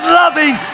loving